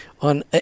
on